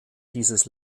dieses